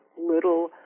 little